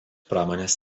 pramonės